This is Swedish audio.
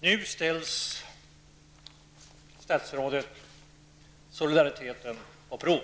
Nu ställs, fru statsråd, solidariteten på prov.